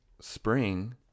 spring